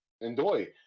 enjoy